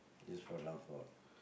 yes for transport